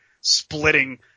splitting